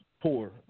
poor